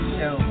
Show